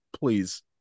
please